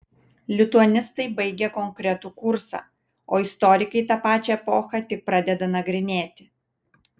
lituanistai baigia konkretų kursą o istorikai tą pačią epochą tik pradeda nagrinėti